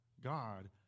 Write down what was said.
God